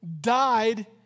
died